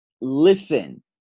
listen